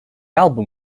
album